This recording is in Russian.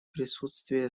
присутствие